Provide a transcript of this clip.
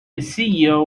ceo